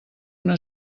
una